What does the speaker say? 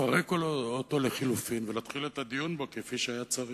לפרק אותו לחלופין ולהתחיל את הדיון בו כפי שהיה צריך.